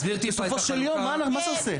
בסופו של יום, מה זה עושה?